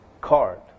card